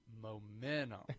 momentum